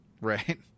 right